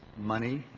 money,